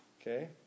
Okay